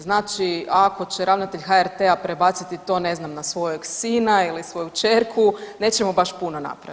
Znači ako će ravnatelj HRT-a prebaciti to ne znam na svojeg sina ili svoju kćerku nećemo baš puno napraviti.